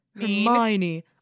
hermione